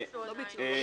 הם לא ביטלו עדיין.